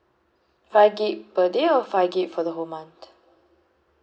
five gig per day or five gig for the whole month